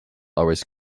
always